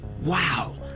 Wow